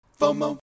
FOMO